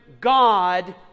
God